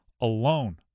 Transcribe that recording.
alone